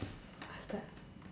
ah start